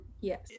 Yes